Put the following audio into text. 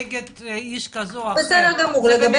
זה רק לגבי